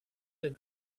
than